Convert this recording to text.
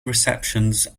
receptions